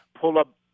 pull-up